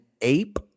ape